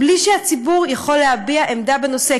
בלי שהציבור יכול להביע עמדה בנושא,